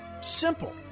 Simple